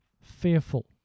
fearful